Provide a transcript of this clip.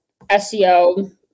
SEO